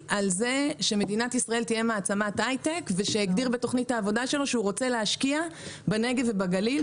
רון בן משה (כחול לבן):